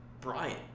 Brian